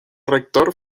rector